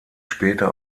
später